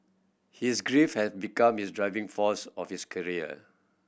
his grief had become his driving force of his career